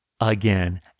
Again